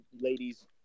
ladies